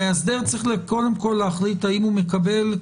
המאסדר צריך קודם כל להחליט האם הוא מקבל את